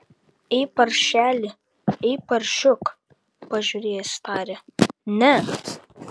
ei paršeli ei paršiuk pažiūrėjęs tarė ne